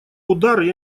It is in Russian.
удар